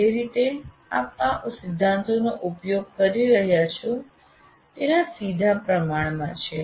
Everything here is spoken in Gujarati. જે રીતે આપ આ સિદ્ધાંતોનો ઉપયોગ કરી રહ્યા છો આ તેના સીધા પ્રમાણમાં છે